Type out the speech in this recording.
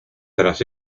tras